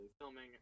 filming